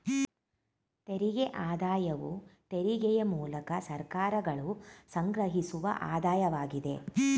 ತೆರಿಗೆ ಆದಾಯವು ತೆರಿಗೆಯ ಮೂಲಕ ಸರ್ಕಾರಗಳು ಸಂಗ್ರಹಿಸುವ ಆದಾಯವಾಗಿದೆ